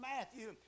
Matthew